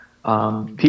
People